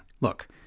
Look